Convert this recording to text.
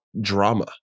drama